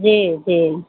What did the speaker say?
जी जी